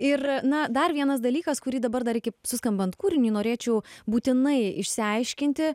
ir na dar vienas dalykas kurį dabar dar iki suskambant kūriniui norėčiau būtinai išsiaiškinti